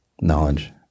knowledge